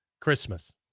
Christmas